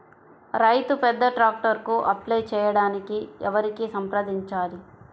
రైతు పెద్ద ట్రాక్టర్కు అప్లై చేయడానికి ఎవరిని సంప్రదించాలి?